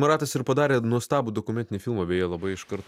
maratas ir padarė nuostabų dokumentinį filmą beje labai iškart